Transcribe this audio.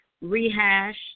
rehash